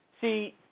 See